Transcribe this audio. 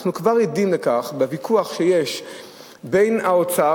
אנחנו כבר עדים לכך בוויכוח שיש בין האוצר